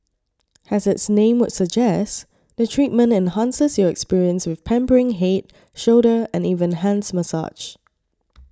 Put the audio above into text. as its name would suggest the treatment enhances your experience with pampering head shoulder and even hands massage